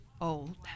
old